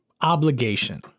obligation